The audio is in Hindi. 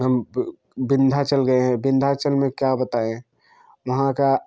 हम विंध्याचल गएँ हैं विंध्याचल में क्या बताएँ वहाँ का